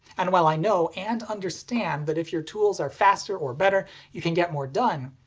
and while i know and understand that if your tools are faster or better you can get more done,